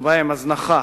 ובהם הזנחה,